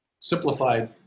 Simplified